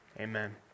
Amen